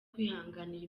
kwihangira